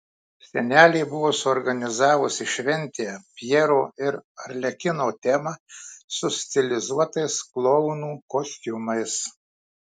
senelė buvo suorganizavusi šventę pjero ir arlekino tema su stilizuotais klounų kostiumais